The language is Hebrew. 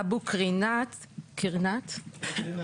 אבו קרינת - פער